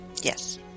Yes